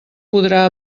podrà